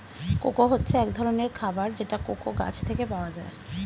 cocoa হচ্ছে এক ধরনের খাবার যেটা কোকো গাছ থেকে পাওয়া যায়